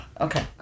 Okay